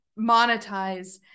monetize